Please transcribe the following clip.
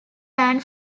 band